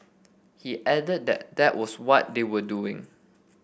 he added that that was what they were doing